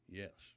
yes